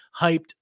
hyped